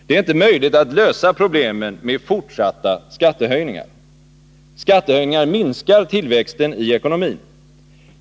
Det är inte möjligt att lösa problemen med fortsatta skattehöjningar. Skattehöjningar minskar tillväxten i ekonomin.